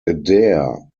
adair